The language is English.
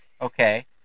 Okay